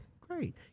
great